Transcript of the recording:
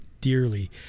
dearly